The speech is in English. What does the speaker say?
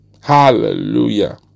Hallelujah